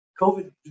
COVID